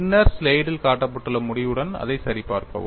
பின்னர் ஸ்லைடில் காட்டப்பட்டுள்ள முடிவுடன் அதைச் சரிபார்க்கவும்